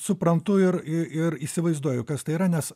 suprantu ir ir įsivaizduoju kas tai yra nes